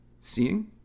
Seeing